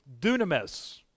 dunamis